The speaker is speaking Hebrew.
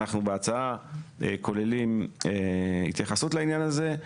בהצעה אנחנו כוללים התייחסות לעניין הזה.